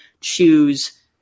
choose